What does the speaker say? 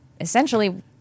essentially